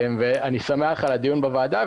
ואני שמח על הדיון בוועדה,